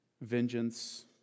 vengeance